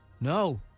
No